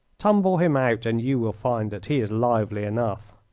tumble him out and you will find that he is lively enough.